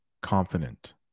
confident